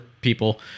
people